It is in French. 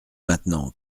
maintenant